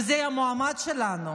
וזה יהיה המועמד שלנו.